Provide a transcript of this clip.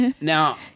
Now